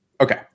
Okay